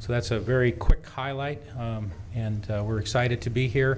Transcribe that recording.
so that's a very quick highlight and we're excited to be here